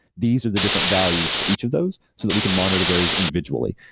these are the different values for each of those, so that we can monitor those individually.